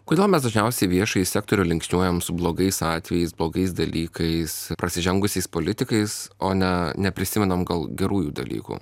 kodėl mes dažniausiai viešąjį sektorių linksniuojam su blogais atvejais blogais dalykais prasižengusiais politikais o ne neprisimenam gal gerųjų dalykų